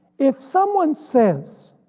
if someone says,